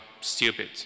stupid